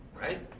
right